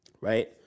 Right